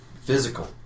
physical